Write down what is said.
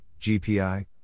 GPI